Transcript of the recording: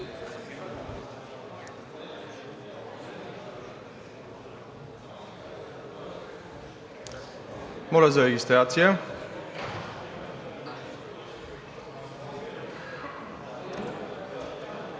Моля за регистрация.